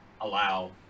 allow